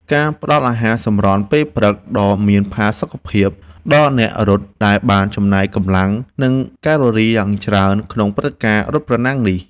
ការផ្ដល់អាហារសម្រន់ពេលព្រឹកដ៏មានផាសុកភាព ដល់អ្នករត់ដែលបានចំណាយកម្លាំង និងកាឡូរីយ៉ាងច្រើនក្នុងព្រឹត្តិការណ៍រត់ប្រណាំងនេះ។